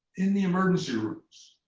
in the emergency rooms.